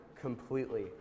completely